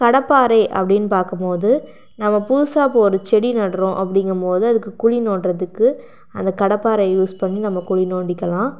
கடப்பாறை அப்படின்னு பார்க்கும் போது நம்ம புதுசாக இப்போ ஒரு செடி நடுகிறோம் அப்படிங்கும் போது அதுக்கு குழி நோண்டுகிறதுக்கு அந்த கடப்பாறை யூஸ் பண்ணி குழி நோண்டிகில்லாம்